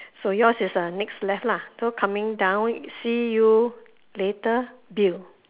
so yours is err next left lah so coming down see you later bill